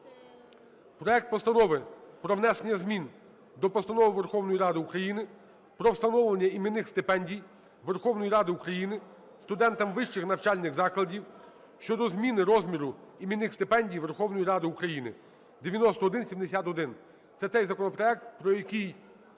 Проект Постанови про внесення змін до Постанови Верховної Ради України "Про встановлення іменних стипендій Верховної Ради України студентам вищих навчальних закладів" щодо зміни розміру іменних стипендій Верховної Ради України (9171). Це той законопроект, про який